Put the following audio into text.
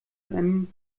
einem